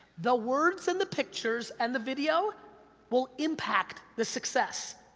the words and the pictures and the video will impact the success.